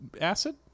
acid